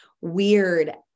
weird